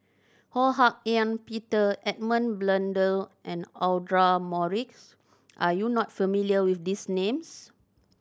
Ho Hak Ean Peter Edmund Blundell and Audra Morrice are you not familiar with these names